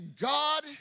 God